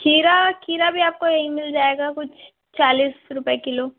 کھیرا کھیرا بھی آپ کو یہیں مل جائے گا کچھ چالیس روپے کلو